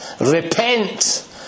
Repent